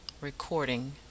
Recording